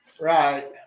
Right